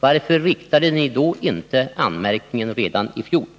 varför riktade ni då inte anmärkningen redan i fjol?